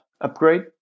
upgrade